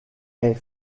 est